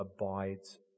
abides